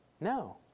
No